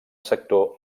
sector